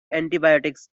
antibiotics